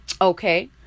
Okay